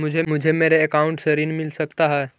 मुझे मेरे अकाउंट से ऋण मिल सकता है?